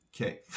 okay